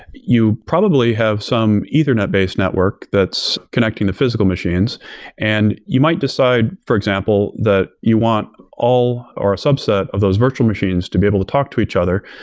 you probably have some ethernet-based network that's connecting to physical machines and you might decide for example, that you want all, or a subset of those virtual machines to be able to talk to each other,